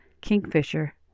Kingfisher